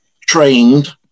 trained